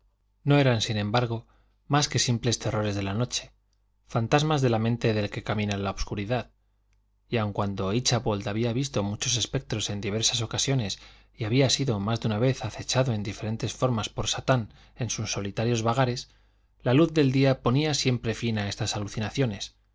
no eran sin embargo más que simples terrores de la noche fantasmas de la mente del que camina en la obscuridad y aun cuando íchabod había visto muchos espectros en diversas ocasiones y había sido más de una vez acechado en diferentes formas por satán en sus solitarios vagares la luz del día ponía siempre fin a estas alucinaciones